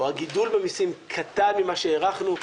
או הגידול במסים קטן ממה שהערכנו,